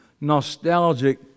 nostalgic